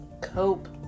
cope